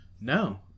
No